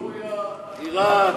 סוריה, עיראק,